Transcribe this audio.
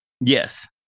Yes